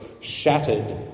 shattered